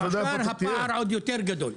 במועשר, הפער עוד יותר גדול.